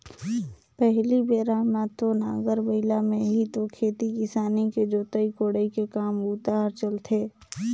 पहिली बेरा म तो नांगर बइला में ही तो खेती किसानी के जोतई कोड़ई के काम बूता हर चलथे